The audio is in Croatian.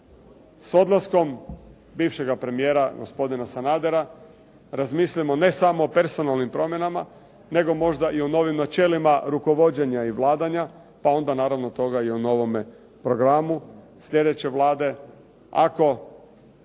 s odlaskom bivšega premijera gospodina Sanadera razmislimo ne samo o personalnim promjenama nego možda i o novim načelima rukovođenja i vladanja pa onda naravno toga i u novome programu slijedeće Vlade.